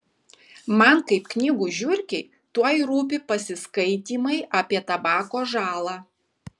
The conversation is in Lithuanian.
man kaip knygų žiurkei tuoj rūpi pasiskaitymai apie tabako žalą